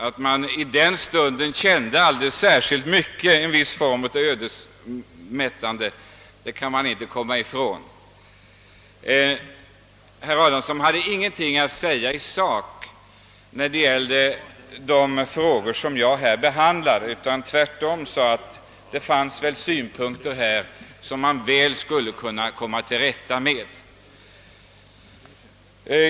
Vi kan dock inte komma ifrån att vi den stunden kände något av ödesstämning. Herr Adamsson hade ingenting att säga i sak om de frågor som jag här behandlat. Tvärtom förklarade han att det väl fanns synpunkter därvidlag som man borde kunna komma till rätta med.